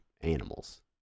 animals